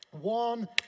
one